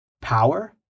Power